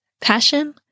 Passion